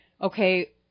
okay